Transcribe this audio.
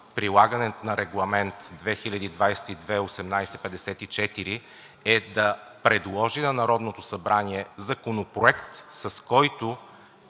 прилагането на Регламент 2022/1854, е да предложи на Народното събрание законопроект, с който